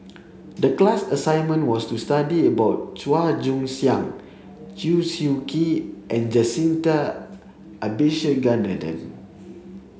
the class assignment was to study about Chua Joon Siang Chew Swee Kee and Jacintha Abisheganaden